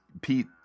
Pete